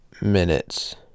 minutes